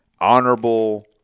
honorable